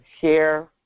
share